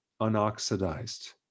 unoxidized